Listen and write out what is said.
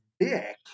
Dick